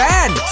Band